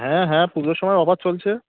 হ্যাঁ হ্যাঁ পুজোর সময় অফার চলছে